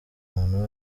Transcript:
umuntu